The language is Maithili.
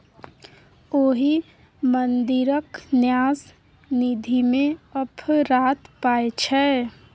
ओहि मंदिरक न्यास निधिमे अफरात पाय छै